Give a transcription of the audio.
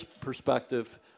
perspective